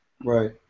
Right